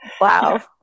wow